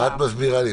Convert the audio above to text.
מה את מסבירה לי?